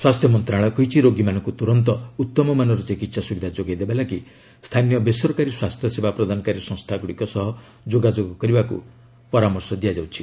ସ୍ୱାସ୍ଥ୍ୟମନ୍ତ୍ରଣାଳୟ କହିଛି ରୋଗୀମାନଙ୍କୁ ତୁରନ୍ତ ଉତ୍ତମମାନର ଚିକିତ୍ସା ସୁବିଧା ଯୋଗାଇଦେବା ଲାଗି ସ୍ଥାନୀୟ ବେସରକାରୀ ସ୍ୱାସ୍ଥ୍ୟସେବା ପ୍ରଦାନକାରୀ ସଂସ୍ଥାଗୁଡ଼ିକ ସହ ଯୋଗାଯୋଗ କରିବାକୁ ପରାମର୍ଶ ଦିଆଯାଇଛି